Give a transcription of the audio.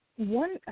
One